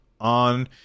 on